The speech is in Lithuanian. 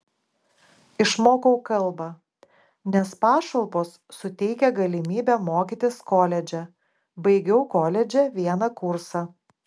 išmokau kalbą nes pašalpos suteikia galimybę mokytis koledže baigiau koledže vieną kursą